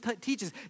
teaches